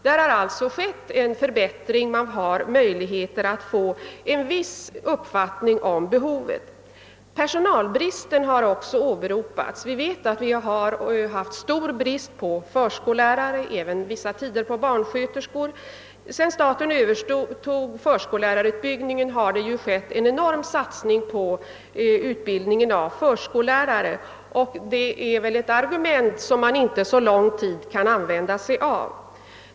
Här har alltså inträtt en förbättring; man har nu möjligheter att få en viss uppfattning om behovet. Personalbristen har också åberopats. Det har rått stor brist på förskollärare och vissa tider även på barnsköterskor. Sedan staten övertog förskollärarutbildningen har det gjorts en enorm satsning på utbildningen av förskollärare; bristen på förskollärare är alltså ett argument som man inte kan använda sig av så mycket längre.